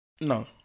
No